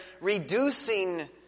reducing